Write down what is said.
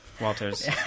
Walters